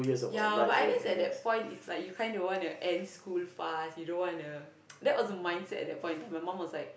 ya but I guess at that point it's like you kinda want to end school fast you don't wanna that was the mindset at that point of time my mum was like